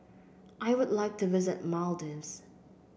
I would like to visit Maldives